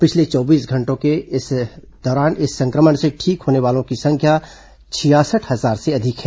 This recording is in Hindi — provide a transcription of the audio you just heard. पिछले चौबीस घंटों में इस संक्रमण से ठीक होने वालों की संख्या छियासठ हजार से अधिक है